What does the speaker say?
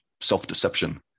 self-deception